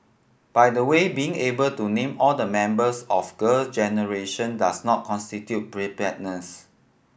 by the way being able to name all the members of Girl Generation does not constitute preparedness